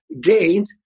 gained